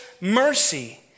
mercy